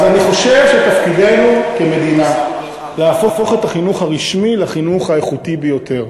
אני חושב שתפקידנו כמדינה להפוך את החינוך הרשמי לחינוך האיכותי ביותר.